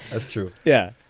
that's true. yeah.